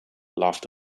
laughed